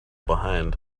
behind